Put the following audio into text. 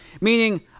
Meaning